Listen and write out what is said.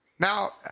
Now